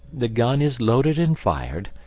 the gun is loaded and fired,